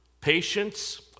patience